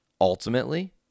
Ultimately